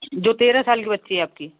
जो तेरह साल की बच्ची है आपकी